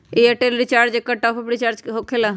Airtel recharge एकर top off recharge होकेला?